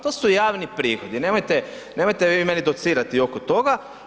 To su javni prihodi, nemojte vi meni docirati oko toga.